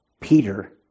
Peter